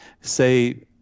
say